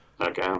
Okay